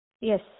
Yes